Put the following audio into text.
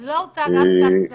אז לא הוצג אף סטטוס לקבינט?